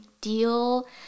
deal